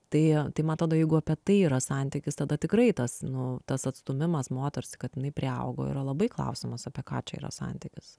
tai tai man atrodo jeigu apie tai yra santykis tada tikrai tas nu tas atstūmimas moters kad jinai priaugo yra labai klausimas apie ką čia yra santykis